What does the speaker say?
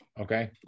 okay